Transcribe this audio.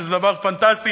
שזה דבר פנטסטי,